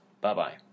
Bye-bye